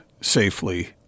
safely